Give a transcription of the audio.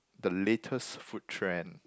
the latest food trend